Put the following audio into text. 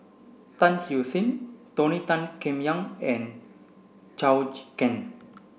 Tan Siew Sin Tony Tan Keng Yam and Zhou Can